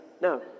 No